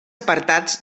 apartats